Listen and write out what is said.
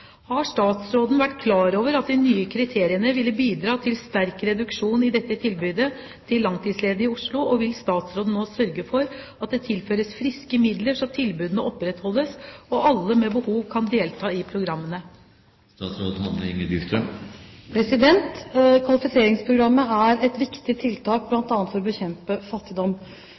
Har statsråden vært klar over at de nye kriteriene ville bidra til sterk reduksjon i dette tilbudet til langtidsledige i Oslo, og vil statsråden nå sørge for at det tilføres friske midler så tilbudene opprettholdes og alle med behov kan delta i programmene?» Kvalifiseringsprogrammet er et viktig tiltak, bl.a. for å bekjempe fattigdom.